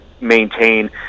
maintain